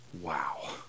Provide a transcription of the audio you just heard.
wow